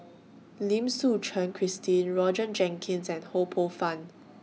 Lim Suchen Christine Roger Jenkins and Ho Poh Fun